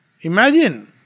Imagine